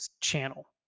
channel